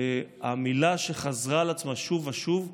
המילה שחזרה על עצמה שוב ושוב: